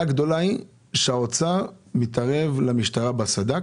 הגדולה היא שהאוצר מתערב למשטרה בסד"כ